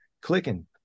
clicking